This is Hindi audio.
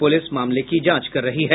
पुलिस मामले की जांच कर रही है